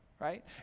right